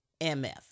MF